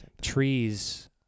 trees